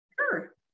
Sure